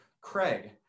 Craig